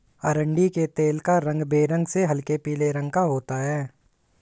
अरंडी के तेल का रंग बेरंग से हल्के पीले रंग का होता है